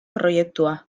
proiektua